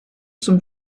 zum